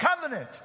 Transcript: covenant